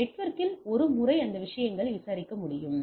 எனவே நெட்வொர்க்கில் ஒரு முறை அது விஷயங்களை விசாரிக்க முடியும்